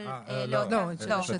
בעד.